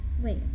Wait